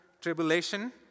tribulation